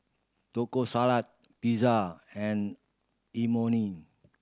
Taco Salad Pizza and Imoni